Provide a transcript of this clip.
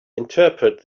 interpret